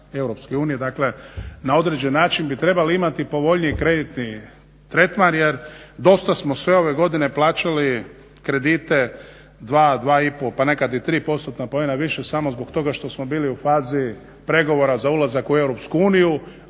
Europske unije, dakle na određen način bi trebali imati povoljniji kreditni tretman jer dosta smo sve ove godine plaćali 2, 2,5 pa nekad i 3 postotna poena više samo zbog toga što smo bili u fazi pregovora za ulazak u Europsku uniju,